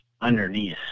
underneath